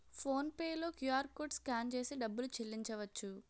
phone pay లో QR code scan చేసి డబ్బులు చెల్లించవచ్చు